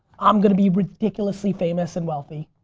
i'm gonna be ridiculously famous and wealthy.